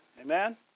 amen